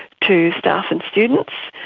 to staff and students.